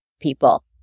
people